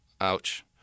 Ouch